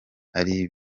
ari